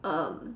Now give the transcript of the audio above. um